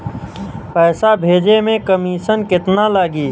पैसा भेजे में कमिशन केतना लागि?